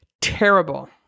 terrible